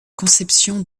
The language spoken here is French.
conception